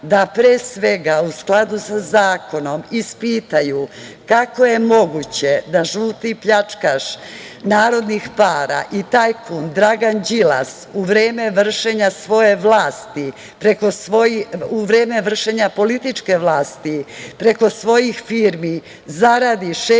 da, pre svega u skladu sa zakonom ispitaju kako je moguće da žuti pljačkaš narodnih para i tajkun Dragan Đilas u vreme vršenja svoje vlasti, u vreme vršenja političke vlasti, preko svojih firmi zaradi 619